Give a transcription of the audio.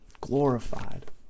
glorified